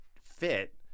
fit